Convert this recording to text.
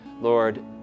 Lord